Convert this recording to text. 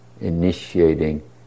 initiating